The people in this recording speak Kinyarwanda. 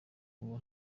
ubu